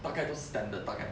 大概都是 standard 大概